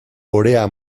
orea